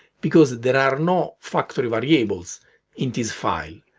because there are no factory variables in this file.